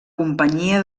companyia